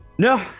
No